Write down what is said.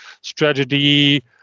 strategy